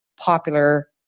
popular